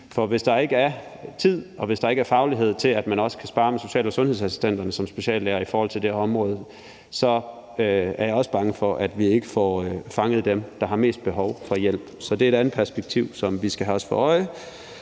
For hvis der ikke er tid og faglighed til, at man som speciallæge også kan sparre med social- og sundhedsassistenterne i forhold til det her område, så er jeg bange for, at vi ikke får fanget dem, der har mest behov for hjælp, så det er et perspektiv, som vi også skal holde os for øje.